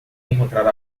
encontrar